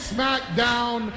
SmackDown